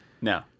no